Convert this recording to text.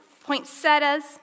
poinsettias